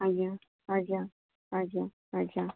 ଆଜ୍ଞା ଆଜ୍ଞା ଆଜ୍ଞା ଆଜ୍ଞା